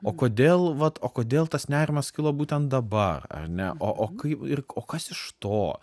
o kodėl vat o kodėl tas nerimas kilo būtent dabar ar ne o o kaip ir o kas iš to